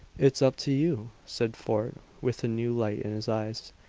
it's up to you, said fort with the new light in his eyes.